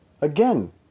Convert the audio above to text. again